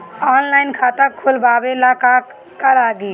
Online खाता खोलबाबे ला का का लागि?